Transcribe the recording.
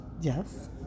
Yes